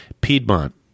Piedmont